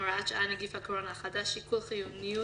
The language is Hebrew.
אין הפיצול של סעיף 14(1) להצעת חקו קיום דיונים